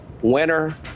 winner